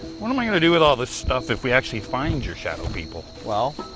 what am i going to do with all this stuff if we actually find your shadow people? well,